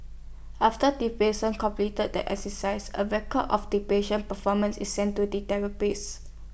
after the patient completes the exercises A record of the patient's performance is sent to the therapist